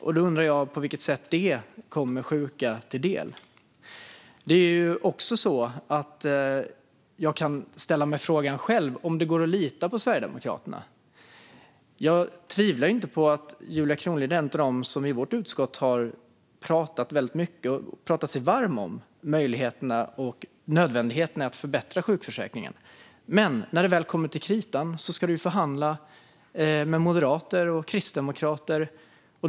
Jag undrar på vilket sätt det kommer sjuka till del. Jag kan också ställa mig frågan själv om det går att lita på Sverigedemokraterna. Jag tvivlar inte på Julia Kronlid, som är en av dem som i vårt utskott har pratat väldigt mycket och talat sig varm för möjligheterna och nödvändigheten i att förbättra sjukförsäkringen. Men när det väl kommer till kritan ska hon förhandla med moderater och kristdemokrater.